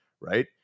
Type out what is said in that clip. right